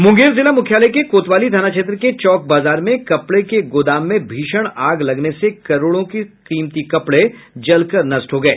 मुंगेर जिला मुख्यालय के कोतवाली थाना क्षेत्र के चौक बाजार में कपड़े के एक गोदाम में भीषण आग लगने से करोड़ों के कीमती कपड़े जलकर नष्ट हो गए